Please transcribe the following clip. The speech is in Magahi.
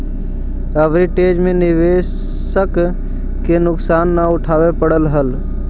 आर्बिट्रेज में निवेशक के नुकसान न उठावे पड़ऽ है